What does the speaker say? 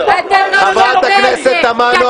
--- חברת הכנסת תמנו,